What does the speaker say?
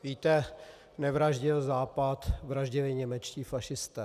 Víte, nevraždil Západ, vraždili němečtí fašisté.